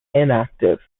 inactive